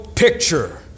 picture